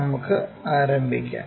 നമുക്ക് ആരംഭിക്കാം